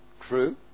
True